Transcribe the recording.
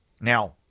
Now